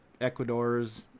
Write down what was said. Ecuador's